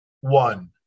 one